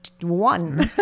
one